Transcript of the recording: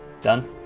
Done